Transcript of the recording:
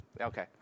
Okay